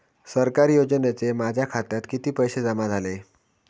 सरकारी योजनेचे माझ्या खात्यात किती पैसे जमा झाले?